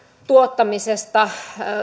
tuottamisesta